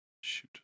Shoot